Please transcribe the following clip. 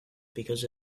because